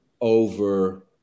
over